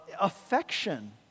affection